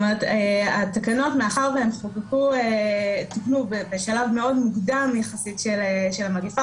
מאחר שהתקנות תוקנו בשלב מאוד מוקדם יחסית של המגפה,